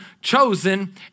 chosen